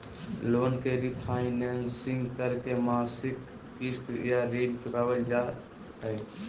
loan के refinancing करके मासिक किस्त या ऋण चुकावल जा हय